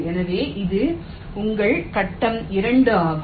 எனவே இது உங்கள் கட்டம் 2 ஆகும்